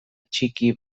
txiki